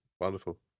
wonderful